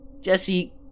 Jesse